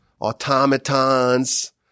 automatons